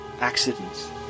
accidents